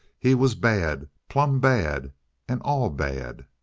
he was bad. plumb bad and all bad!